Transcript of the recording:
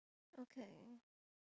okay